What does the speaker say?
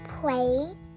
play